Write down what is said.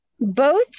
boat